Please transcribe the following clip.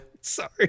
Sorry